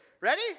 Ready